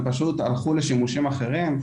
הם הלכו לשימושים אחרים?